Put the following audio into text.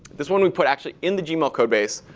this one we put actually in the gmail code base,